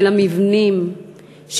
של המבנים,